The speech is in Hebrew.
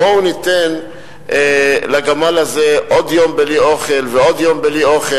בואו ניתן לגמל הזה עוד יום בלי אוכל ועוד יום בלי אוכל.